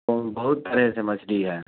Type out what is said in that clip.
بہت طرح سے مچھلی ہے